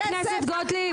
אישה בישראל, זו בושה.